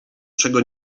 czego